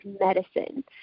medicine